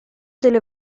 delle